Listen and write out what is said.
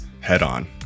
head-on